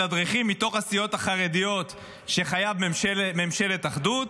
מתדרכים מתוך הסיעות החרדיות שחייבים ממשלת אחדות.